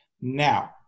Now